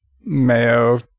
mayo